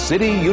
City